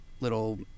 little